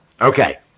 Okay